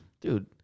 Dude